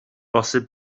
posib